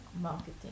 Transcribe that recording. marketing